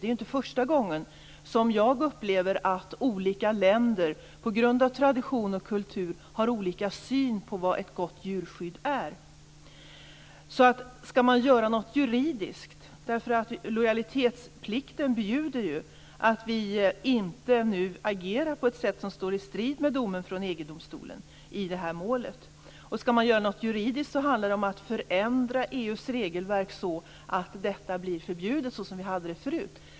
Det är inte första gången som jag upplever att olika länder på grund av tradition och kultur har olika syn på vad ett gott djurskydd är. Lojalitetsplikten bjuder nu att vi inte agerar på ett sätt som står i strid med domen från EG-domstolen i det här målet. Skall man göra något juridiskt handlar det om att förändra EU:s regelverk så att detta blir förbjudet, så som vi hade det förut.